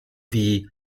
wie